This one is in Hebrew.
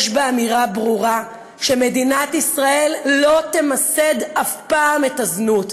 יש בה אמירה ברורה שמדינת ישראל לא תמסד אף פעם את הזנות.